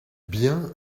bien